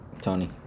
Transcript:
Tony